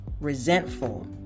resentful